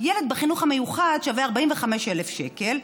ילד בחינוך המיוחד שווה 45,000 שקל,